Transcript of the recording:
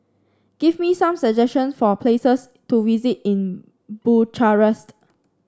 give me some suggestions for places to visit in Bucharest